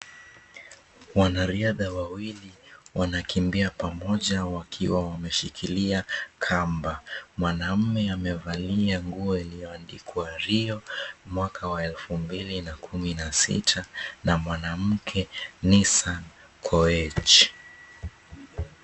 Wanariadha wawili, wanakimbia pamoja wakiwa wameshikilia kamba. Mwanamme amevalia nguo iliyoandikwa, Rio mwaka wa 2016, na mwanamke Nissan Koech.